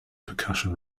percussion